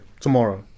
tomorrow